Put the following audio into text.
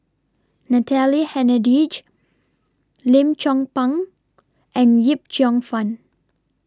Natalie Hennedige Lim Chong Pang and Yip Cheong Fun